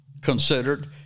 considered